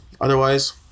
Otherwise